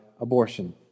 abortion